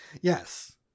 Yes